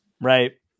Right